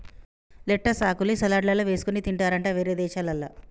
lettuce ఆకుల్ని సలాడ్లల్ల వేసుకొని తింటారట వేరే దేశాలల్ల